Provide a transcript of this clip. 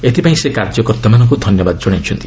ଏଥିପାଇଁ ସେ କାର୍ଯ୍ୟକର୍ତ୍ତାମାନଙ୍କୁ ଧନ୍ୟବାଦ କଣାଇଛନ୍ତି